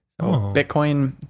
Bitcoin